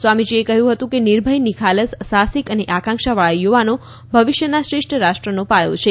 સ્વામીજીએ કહ્યું હતું કે નિર્ભય નિખાલસ સાહસિક અને આકાંક્ષાવાળા યુવાનો ભવિષ્યના શ્રેષ્ઠ રાષ્ટ્રિનો પાયો છે